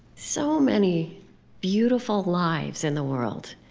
so many beautiful lives in the world,